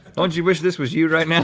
don't you wish this was you right yeah